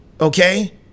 okay